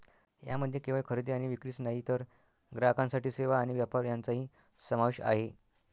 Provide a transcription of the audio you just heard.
यामध्ये केवळ खरेदी आणि विक्रीच नाही तर ग्राहकांसाठी सेवा आणि व्यापार यांचाही समावेश आहे